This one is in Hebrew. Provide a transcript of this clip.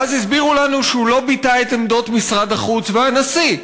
ואז הסבירו לנו שהוא לא ביטא את עמדות משרד החוץ והנשיא.